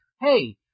hey